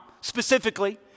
specifically